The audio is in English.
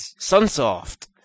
Sunsoft